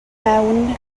mewn